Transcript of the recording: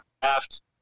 craft